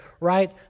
right